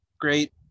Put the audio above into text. great